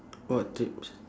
what treats